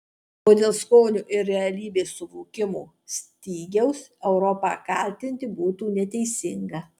o dėl skonio ir realybės suvokimo stygiaus europą kaltinti būtų neteisinga